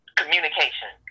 communication